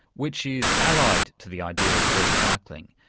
which is allied to the idea of recycling.